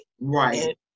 Right